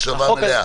הקשבה מלאה.